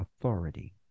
authority